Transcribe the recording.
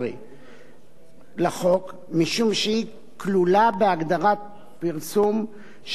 משום שהיא כלולה בהגדרת פרסום שבחלק הכללי של חוק העונשין,